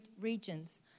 regions